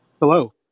Hello